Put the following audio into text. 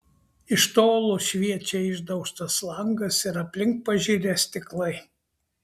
iš tolo šviečia išdaužtas langas ir aplink pažirę stiklai